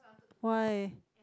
why